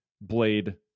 Blade